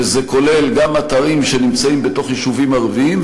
וזה כולל גם אתרים שנמצאים בתוך יישובים ערביים,